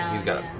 he's up.